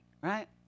right